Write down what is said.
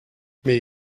mais